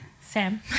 Sam